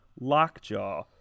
Lockjaw